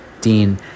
Dean